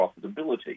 profitability